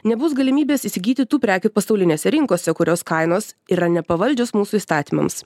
nebus galimybės įsigyti tų prekių pasaulinėse rinkose kurios kainos yra nepavaldžios mūsų įstatymams